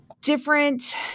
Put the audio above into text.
different